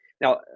Now